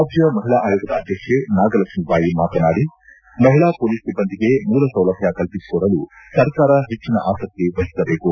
ರಾಜ್ಜ ಮಹಿಳಾ ಆಯೋಗದ ಅಧ್ಯಕ್ಷೆ ನಾಗಲಕ್ಷ್ಮಿ ಬಾಯಿ ಮಾತನಾಡಿ ಮಹಿಳಾ ಮೊಲೀಸ್ ಸಿಬ್ಬಂದಿಗೆ ಮೂಲಸೌಲಭ್ಯ ಕಲ್ಪಿಸಿಕೊಡಲು ಸರ್ಕಾರ ಹೆಚ್ಚಿನ ಆಸಕ್ತಿ ವಹಿಸಿಬೇಕು